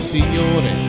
Signore